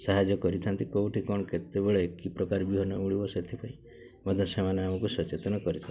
ସାହାଯ୍ୟ କରିଥାନ୍ତି କେଉଁଠି କ'ଣ କେତେବେଳେ କି ପ୍ରକାର ବିହନ ମିଳିବ ସେଥିପାଇଁ ମଧ୍ୟ ସେମାନେ ଆମକୁ ସଚେତନ କରିଥାନ୍ତି